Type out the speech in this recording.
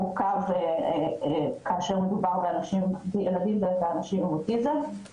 כאשר מדובר בילדים ובאנשים עם אוטיזם.